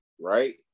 right